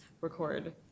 record